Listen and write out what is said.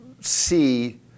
see